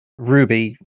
Ruby